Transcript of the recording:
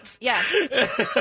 yes